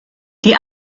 die